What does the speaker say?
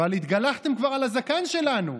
אבל התגלחתם כבר על הזקן שלנו,